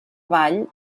ball